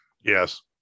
Yes